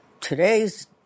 today's